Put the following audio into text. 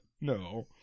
No